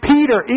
Peter